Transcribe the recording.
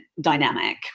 dynamic